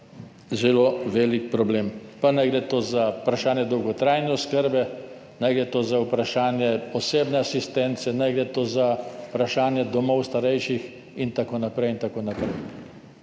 zelo velik problem, pa naj gre to za vprašanje dolgotrajne oskrbe, naj gre to za vprašanje osebne asistence, naj gre to za vprašanje domov starejših in tako naprej. Niti eden